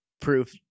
proof